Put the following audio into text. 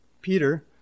Peter